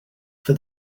for